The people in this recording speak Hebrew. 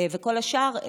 וכל השאר,